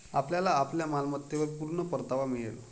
आपल्याला आपल्या मालमत्तेवर पूर्ण परतावा मिळेल